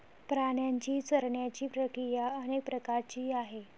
प्राण्यांची चरण्याची प्रक्रिया अनेक प्रकारची आहे